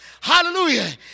hallelujah